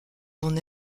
qu’on